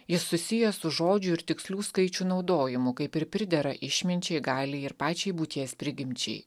jis susijęs su žodžiu ir tikslių skaičių naudojimu kaip ir pridera išminčiai gali ir pačiai būties prigimčiai